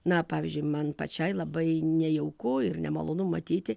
na pavyzdžiui man pačiai labai nejauku ir nemalonu matyti